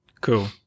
Cool